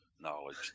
knowledge